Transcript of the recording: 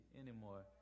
anymore